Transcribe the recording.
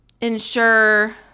ensure